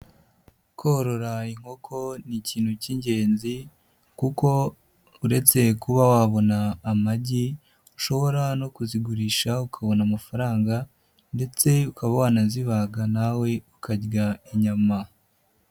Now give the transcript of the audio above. Korora inkoko ni ikintu cy'ingenzi kuko uretse kuba wabona amagi ushobora no kuzigurisha ukabona amafaranga ndetse ukaba wanazibaga nawe ukarya inyama.